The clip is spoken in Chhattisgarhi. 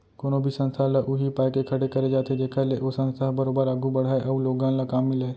कोनो भी संस्था ल उही पाय के खड़े करे जाथे जेखर ले ओ संस्था ह बरोबर आघू बड़हय अउ लोगन ल काम मिलय